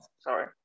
sorry